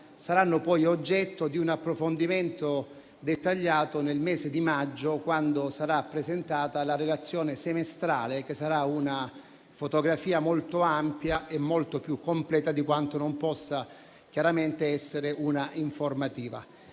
saranno poi oggetto di un approfondimento dettagliato, nel mese di maggio, quando sarà presentata la relazione semestrale, che costituirà una fotografia molto ampia e molto più completa di quanto non possa essere un'informativa.